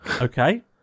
Okay